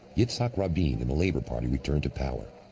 yitzhak rabin and the labor party returned to power.